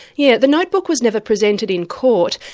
yeah the notebook was never presented in court,